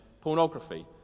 pornography